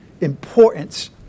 importance